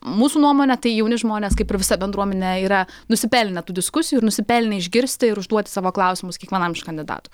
mūsų nuomone tai jauni žmonės kaip ir visa bendruomenė yra nusipelnę tų diskusijų ir nusipelnę išgirsti ir užduoti savo klausimus kiekvienam iš kandidatų